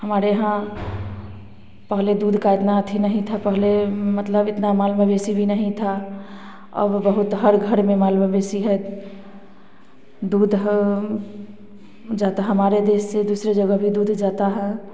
हमारे यहाँ पहले दूध का इतना अथि नहीं था पहले मतलब इतना माल मवेशी भी नहीं था अब बहुत हर घर में माल मवेशी है दूध हो जाता है हमारे देश से दूसरे जगह भी दूध जाता है